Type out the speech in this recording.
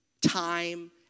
time